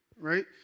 right